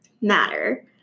matter